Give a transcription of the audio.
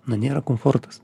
na nėra komfortas